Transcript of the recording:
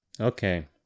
Okay